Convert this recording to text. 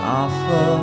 offer